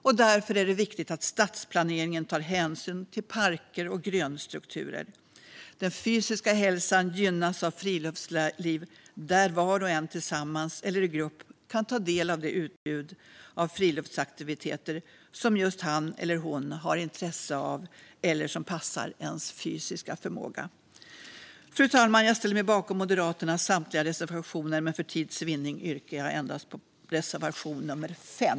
Det är därför viktigt att stadsplaneringen tar hänsyn till parker och grönstrukturer. Den fysiska hälsan gynnas av friluftsliv, där var och en, tillsammans eller i grupp kan ta del av det utbud av friluftsaktiviteter som just han eller hon har intresse av eller som passar ens fysiska förmåga. Fru talman! Jag ställer mig bakom Moderaternas samtliga reservationer, men för tids vinning yrkar jag bifall endast till reservation 5.